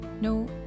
No